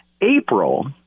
April